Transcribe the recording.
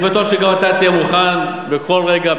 אני בטוח שגם אתה תהיה מוכן בכל רגע,